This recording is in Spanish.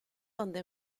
donde